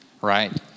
right